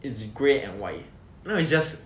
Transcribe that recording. it's grey and white you know it's just